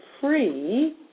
free